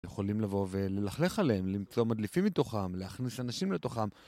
יכולים לבוא וללכלך עליהם, למצוא מדליפים מתוכם, להכניס אנשים לתוכם